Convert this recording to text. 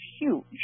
huge